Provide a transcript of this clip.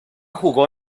jugó